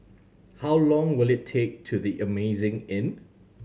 how long will it take to The Amazing Inn